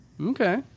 okay